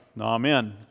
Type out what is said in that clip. Amen